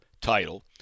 title